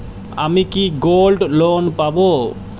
আমি কি gold loan পাবো?